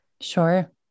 Sure